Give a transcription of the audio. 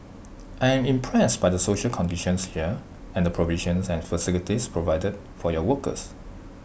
I am impressed by the social conditions here and the provisions and facilities provided for your workers